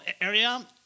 area